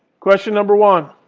question number one.